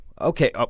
okay